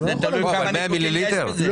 זה תלוי כמה ניקוטין אתה צורך.